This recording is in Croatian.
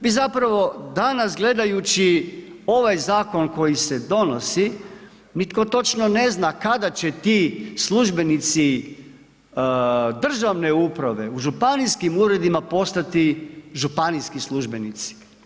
Vi zapravo, danas gledajući ovaj zakon koji se donosi, nitko točno ne zna kada će ti službenici državne uprave u županijskih uredima postati županijski službenici.